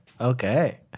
Okay